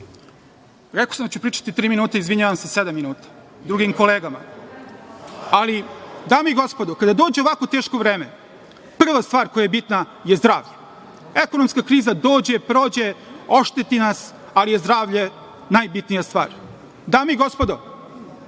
sam da ću pričati tri minuta, izvinjavam se drugim kolegama, sedam minuta. Ali, dame i gospodo, kada dođe ovako teško vreme, prva stvar koja je bitna je zdravlje, ekonomska kriza dođe, prođe, ošteti nas, ali je zdravlje najbitnija stvar. Dame i gospodo,